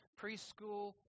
preschool